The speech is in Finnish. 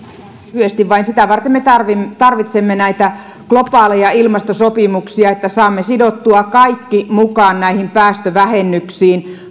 lyhyesti vain sitä varten me tarvitsemme tarvitsemme näitä globaaleja ilmastosopimuksia että saamme sidottua kaikki mukaan näihin päästövähennyksiin